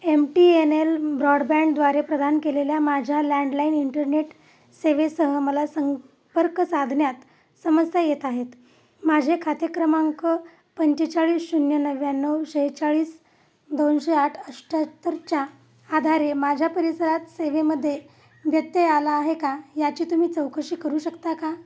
M T N L ब्रॉडबँडद्वारे प्रदान केलेल्या माझ्या लँडलाईन इंटरनेट सेवेसह मला संपर्क साधण्यात समस्या येत आहेत माझे खाते क्रमांक पंचेचाळीस शून्य नव्याण्णव सेहेचाळीस दोनशे आठ अठ्ठ्याहत्तरच्या आधारे माझ्या परिसरात सेवेमध्ये व्यत्यय आला आहे का याची तुम्ही चौकशी करू शकता का